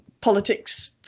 politics